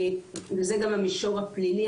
זה גם המישור הפלילי,